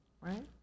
right